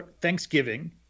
Thanksgiving